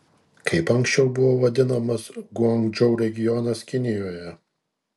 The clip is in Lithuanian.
kaip anksčiau buvo vadinamas guangdžou regionas kinijoje